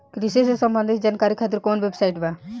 कृषि से संबंधित जानकारी खातिर कवन वेबसाइट बा?